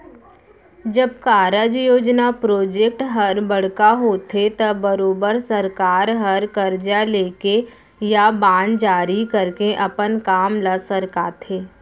जब कारज, योजना प्रोजेक्ट हर बड़का होथे त बरोबर सरकार हर करजा लेके या बांड जारी करके अपन काम ल सरकाथे